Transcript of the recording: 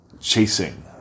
chasing